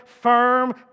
firm